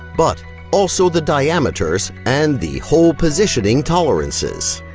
but also the diameters and the hole positioning tolerances.